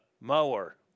mower